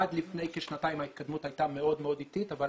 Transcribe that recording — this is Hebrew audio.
עד לפני כשנתיים ההתקדמות הייתה מאוד מאוד איטית אבל